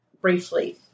briefly